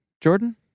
Jordan